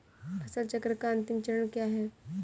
फसल चक्र का अंतिम चरण क्या है?